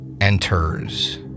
enters